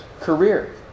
career